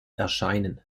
erscheinen